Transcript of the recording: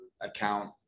account